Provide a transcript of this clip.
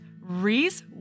Reese